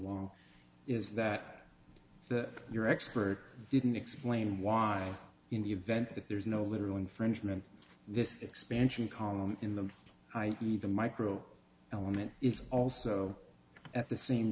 long is that your expert didn't explain why in the event that there is no literal infringement this expansion column in the i me the micro element is also at the same